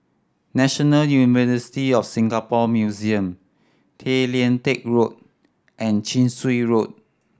National University of Singapore Museum Tay Lian Teck Road and Chin Swee Road